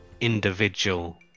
individual